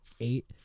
eight